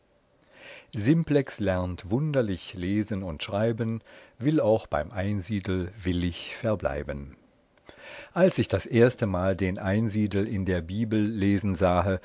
simplex lernt wunderlich lesen und schreiben will auch beim einsiedel willig verbleiben als ich das erstemal den einsiedel in der bibel lesen sahe